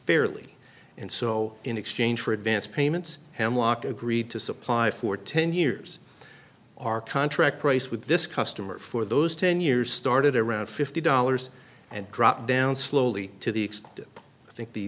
fairly and so in exchange for advance payments hemlock agreed to supply for ten years our contract price with this customer for those ten years started at around fifty dollars and dropped down slowly to the expected i think the